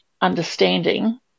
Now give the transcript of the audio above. understanding